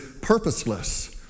purposeless